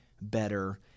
better